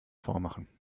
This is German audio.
vormachen